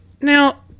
Now